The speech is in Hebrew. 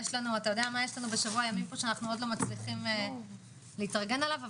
אתה יודע מה יש לנו בשבוע ימים פה שאנחנו עוד לא מצליחים להתארגן עליו?